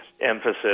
emphasis